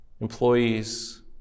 employees